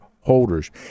holders